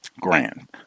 Grand